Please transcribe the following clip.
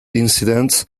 incidents